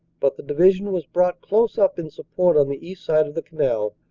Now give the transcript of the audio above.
but the division was brought close up in support on the east side of the canal,